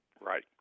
Right